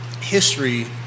history